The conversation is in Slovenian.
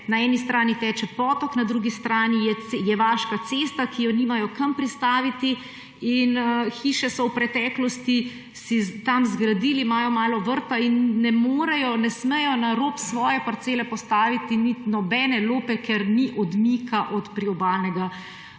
na eni strani teče potok, na drugi strani je vaška cesta, ki je nimajo kam prestaviti. Hiše so si v preteklosti tam zgradili, imajo malo vrta in ne morejo, ne smejo na rob svoje parcele postaviti nobene lope, ker ni odmika od priobalnega